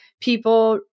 people